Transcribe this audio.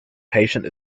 patient